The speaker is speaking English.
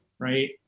Right